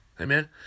Amen